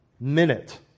minute